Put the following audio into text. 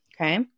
okay